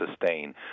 sustain